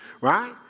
Right